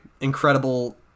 incredible